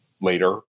later